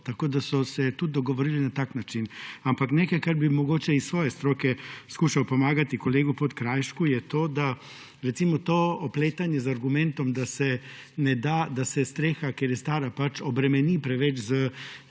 tako, da so se tudi dogovorili na tak način. Ampak nekaj, kar bi mogoče iz svoje stroke poskušal pomagati kolegu Podkrajšku je to, da recimo to opletanje z argumentom, da se ne da, da se streha, ker je stara obremeni preveč s